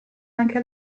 anche